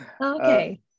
Okay